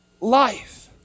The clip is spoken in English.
life